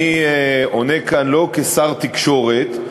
אני עונה כאן לא כשר התקשורת,